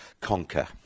conquer